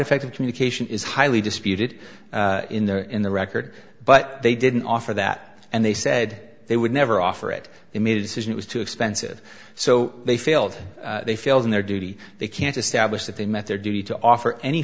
effective communication is highly disputed in the in the record but they didn't offer that and they said they would never offer it they made a decision it was too expensive so they failed they failed in their duty they can't establish that they met their duty to offer any